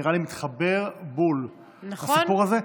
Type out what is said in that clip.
נראה לי שזה מתחבר בול לסיפור הזה.